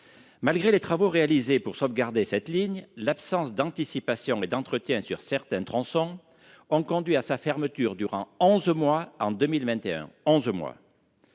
Malgré les travaux réalisés pour sauvegarder cette ligne l'absence d'anticipation et d'entretien sur certains tronçons ont conduit à sa fermeture durant 11 mois en 2021